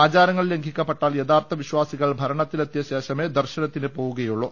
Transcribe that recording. ആചാരങ്ങൾ ലംഘിക്കപ്പെട്ടാൽ യഥാർത്ഥ വിശ്വാസികൾ ഭരണത്തി ലെത്തിയ ശേഷമേ ദർശനത്തിന് പോകുകയുള്ളൂ